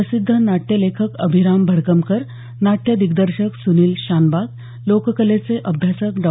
प्रसिध्द नाट्य लेखक अभिराम भडकमकर नाट्य दिग्दर्शक सुनील शानबाग लोककलेचे अभ्यासक डॉ